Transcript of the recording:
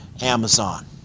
Amazon